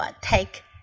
Take